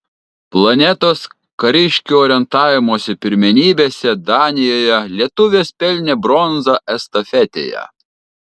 planetos kariškių orientavimosi pirmenybėse danijoje lietuvės pelnė bronzą estafetėje